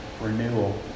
renewal